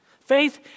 Faith